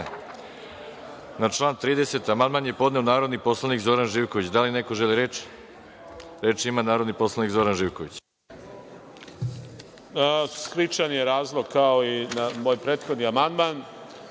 član 30. amandman je podneo narodni poslanik Zoran Živković. Da li neko želi reč? (Da.)Reč ima narodni poslanik Zoran Živković. **Zoran Živković** Sličan je razlog kao i na moj prethodni amandman,